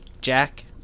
jack